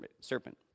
serpent